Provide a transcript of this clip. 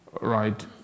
right